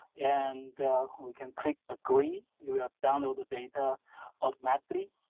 and we can click agree, you will download the data automatically.